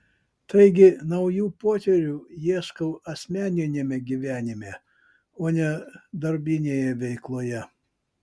taigi naujų potyrių ieškau asmeniniame gyvenime o ne darbinėje veikloje